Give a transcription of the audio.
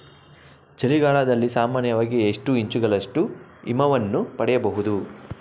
ಚಳಿಗಾಲದಲ್ಲಿ ಸಾಮಾನ್ಯವಾಗಿ ಎಷ್ಟು ಇಂಚುಗಳಷ್ಟು ಹಿಮವನ್ನು ಪಡೆಯಬಹುದು?